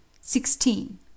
sixteen